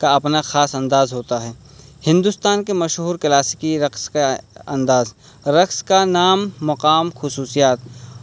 کا اپنا خاص انداز ہوتا ہے ہندوستان کے مشہور کلاسیکی رقص کا انداز رقص کا نام مقام خصوصیات